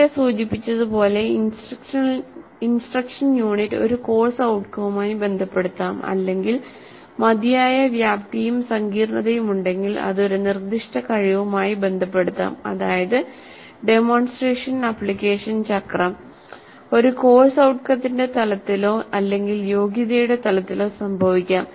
നേരത്തെ സൂചിപ്പിച്ചതുപോലെ instruction unit ഒരു കോഴ്സ് ഔട്ട്കവുമായി ബന്ധപ്പെടുത്താം അല്ലെങ്കിൽ മതിയായ വ്യാപ്തിയും സങ്കീർണ്ണതയും ഉണ്ടെങ്കിൽ അത് ഒരു നിർദ്ദിഷ്ട കഴിവുമായി ബന്ധപ്പെടുത്താം അതായത് ഡെമോൺസ്ട്രേഷൻ ആപ്ലിക്കേഷൻ ചക്രം ഒരു കോഴ്സ് ഔട്ട്കത്തിന്റെ തലത്തിലോ അല്ലെങ്കിൽ യോഗ്യതയുടെ തലത്തിലോ സംഭവിക്കാം